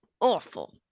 awful